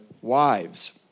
wives